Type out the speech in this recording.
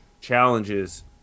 challenges